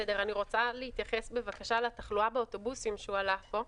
אני רוצה להתייחס בבקשה לתחלואה באוטובוסים שהועלתה פה.